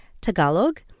Tagalog